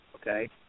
okay